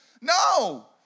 no